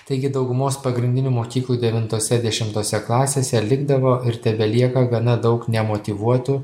taigi daugumos pagrindinių mokyklų devintose dešimtose klasėse likdavo ir tebelieka gana daug nemotyvuotų